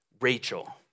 Rachel